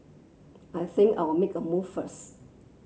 I think I'll make a move first